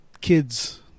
kids –